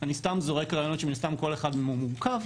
אני סתם זורק רעיונות שמן הסתם כל אחד מהם מורכב,